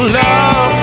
love